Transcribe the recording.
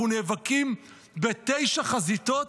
אנחנו נאבקים בתשע חזיתות,